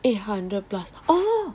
eight hundred plus oh